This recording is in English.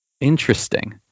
Interesting